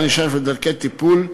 ענישה ודרכי טיפול)